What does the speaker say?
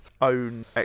own